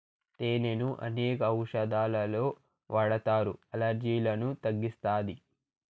తేనెను అనేక ఔషదాలలో వాడతారు, అలర్జీలను తగ్గిస్తాది